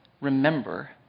remember